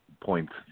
points